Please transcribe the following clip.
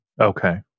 Okay